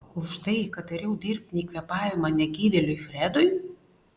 už tai kad dariau dirbtinį kvėpavimą negyvėliui fredui